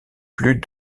plus